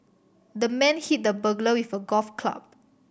the man hit the burglar with a golf club